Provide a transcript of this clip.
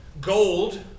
gold